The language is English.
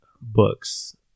books